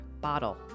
bottle